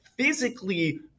Physically